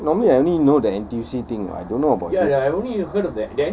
but normally I only know that N_T_U_C thing I don't know about this